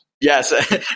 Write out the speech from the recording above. Yes